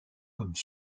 comme